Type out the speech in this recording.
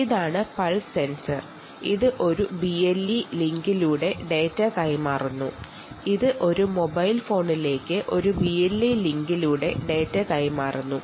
ഇതാണ് pulse sensor ഇത് ഒരു മൊബൈൽ ഫോണിലേക്ക് BLE ലിങ്കിലൂടെ ഡാറ്റ കൈമാറുന്നു